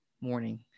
morning